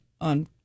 on